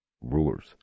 rulers